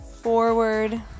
forward